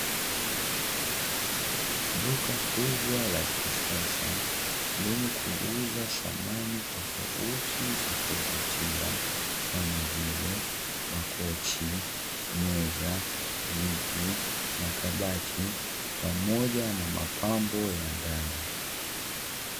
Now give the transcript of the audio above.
Duka kubwa la kisasa linye kuuza samani tofauti za kuvutia kama vile makochi, meza, viti, makabati pamoja na mapambo ya ndani.